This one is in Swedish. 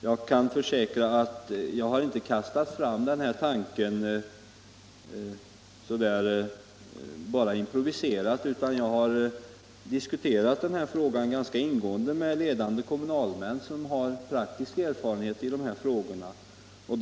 Jag kan försäkra att jag inte har kastat fram den här tanken improviserat, utan jag har diskuterat frågan ganska ingående med ledande kommunalmän som har praktisk erfarenhet av dessa problem.